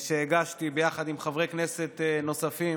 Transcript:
שהגשתי יחד עם חברי כנסת נוספים,